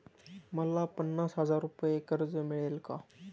मला पन्नास हजार रुपये कर्ज मिळेल का?